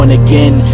again